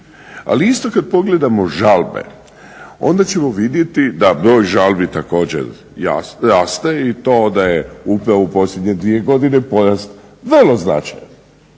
Ali isto kad pogledamo žalbe onda ćemo vidjeti da broj žalbi također raste i to da je upravo u posljednje dvije godine porast vrlo značajan.